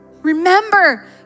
Remember